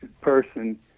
person